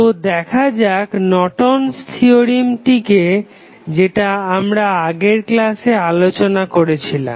তো দেখা যাক নর্টন'স থিওরেমটিকে Nortons theorem যেটা আমরা আগের ক্লাসে আলোচনা করেছিলাম